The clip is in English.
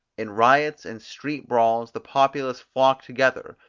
in riots and street-brawls the populace flock together,